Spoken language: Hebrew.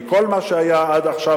כי כל מה שהיה עד עכשיו,